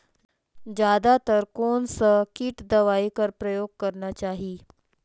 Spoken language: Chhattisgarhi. जादा तर कोन स किट दवाई कर प्रयोग करना चाही?